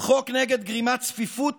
חוק נגד גרימת צפיפות